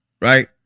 right